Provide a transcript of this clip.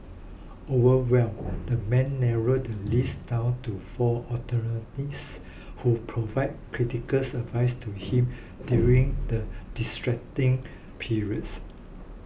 overwhelmed the man narrowed the list down to four attorneys who provide critical advice to him during the distracting periods